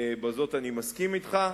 בזאת אני מסכים אתך,